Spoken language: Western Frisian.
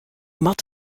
moat